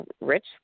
Rich